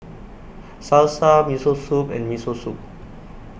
Salsa Miso Soup and Miso Soup